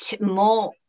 more